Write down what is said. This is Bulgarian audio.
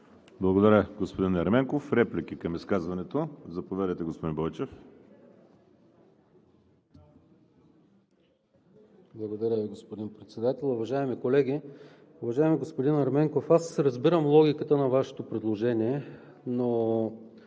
Благодаря Ви, господин Ерменков. Реплики към изказването? Заповядайте, господин Бойчев. ДОКЛАДЧИК ДИМИТЪР БОЙЧЕВ: Благодаря Ви, господин Председател. Уважаеми колеги! Уважаеми господин Ерменков, разбирам логиката на Вашето предложение, но